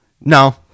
No